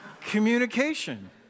Communication